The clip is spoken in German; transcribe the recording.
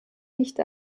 nicht